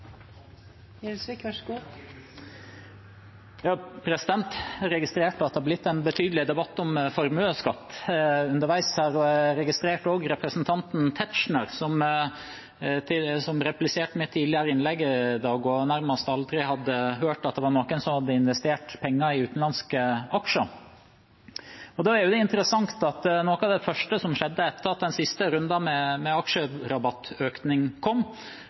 Tetzschner, som repliserte til mitt tidligere innlegg i dag og nærmest aldri hadde hørt at det var noen som hadde investert penger i utenlandske aksjer. Da er det jo interessant at noe av det første som skjedde etter at den siste runden med aksjerabattøkning kom,